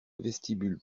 vestibule